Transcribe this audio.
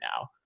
now